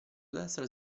destra